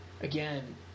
again